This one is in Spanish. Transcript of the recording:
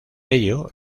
ello